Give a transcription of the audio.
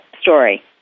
story